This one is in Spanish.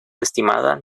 estimada